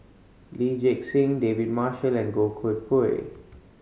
Lee Gek Seng David Marshall and Goh Koh Pui